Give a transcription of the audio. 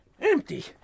Empty